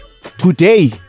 Today